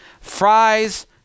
fries